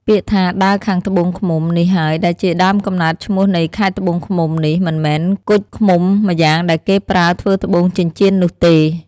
ពាក្យថា “ដើរខាងត្បូងឃ្មុំ” នេះហើយ ដែលជាដើមកំណើតឈ្មោះនៃខេត្តត្បូងឃ្មុំនេះ មិនមែនគជ់ឃ្មុំម៉្យាង ដែលគេប្រើធ្វើត្បូងចិញ្ចៀននោះទេ ។